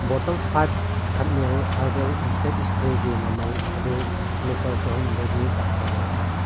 bottles ꯐꯥꯏꯕ ꯈꯠꯅꯤꯜ herbal insect ꯏꯁꯄ꯭ꯔꯦꯒꯤ ꯃꯃꯜ ꯑꯗꯨ ꯂꯨꯄꯥ ꯆꯥꯍꯨꯝꯗꯒꯤ ꯇꯥꯊꯕ꯭ꯔꯥ